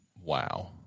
Wow